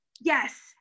yes